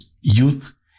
youth